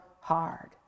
hard